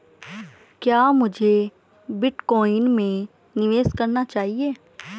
क्या मुझे बिटकॉइन में निवेश करना चाहिए?